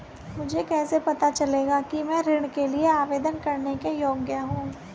मुझे कैसे पता चलेगा कि मैं ऋण के लिए आवेदन करने के योग्य हूँ?